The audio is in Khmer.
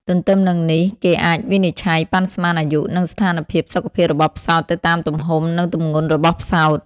ទន្ទឹមនឹងនេះគេអាចវិនិឆ័យ ប៉ាន់ស្មានអាយុ និងស្ថានភាពសុខភាពរបស់ផ្សោតទៅតាម ទំហំ និងទម្ងន់របស់ផ្សោត។